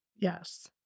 Yes